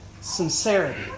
sincerity